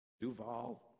Duval